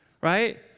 Right